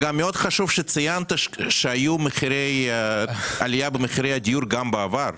גם מאוד חשוב שציינת שהיו עליות במחירי הדיור גם בעבר.